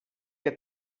que